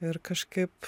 ir kažkaip